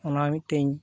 ᱚᱱᱟ ᱢᱤᱫᱴᱮᱱᱤᱧ